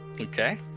Okay